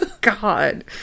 God